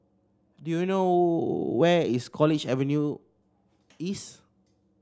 do you know where is College Avenue East